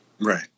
Right